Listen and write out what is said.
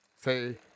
Say